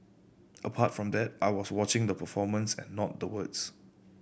apart from that I was watching the performance and not the words